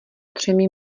třemi